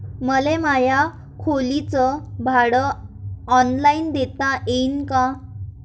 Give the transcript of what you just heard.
मले माया खोलीच भाड ऑनलाईन देता येईन का?